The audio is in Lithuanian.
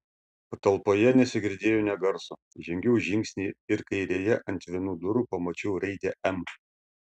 patalpoje nesigirdėjo nė garso žengiau žingsnį ir kairėje ant vienų durų pamačiau raidę m